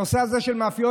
הנושא הזה של מאפיות,